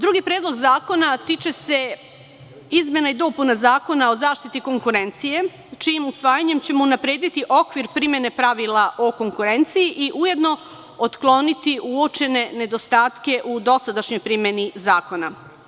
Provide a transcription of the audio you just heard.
Drugi Predlog zakona tiče se izmena i dopuna Zakona o zaštiti konkurencije, čijim usvajanjem ćemo unaprediti okvir primene pravila o konkurenciji i ujedno otkloniti uočene nedostatke u dosadašnjoj primeni zakona.